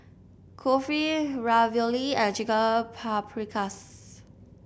Kulfi Ravioli and Chicken Paprikas